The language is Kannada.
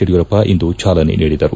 ಯಡಿಯೂರಪ್ಪ ಇಂದು ಚಾಲನೆ ನೀಡಿದರು